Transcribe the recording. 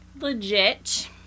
legit-